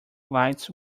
lights